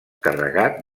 carregat